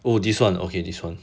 oh this one okay this one